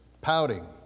Pouting